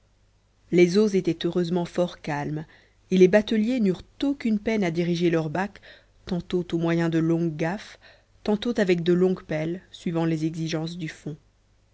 les eaux étaient heureusement fort calmes et les bateliers n'eurent aucune peine à diriger leur bac tantôt au moyen de longues gaffes tantôt avec de larges pelles suivant les exigences du fond